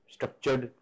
Structured